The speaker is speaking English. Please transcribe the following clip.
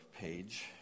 page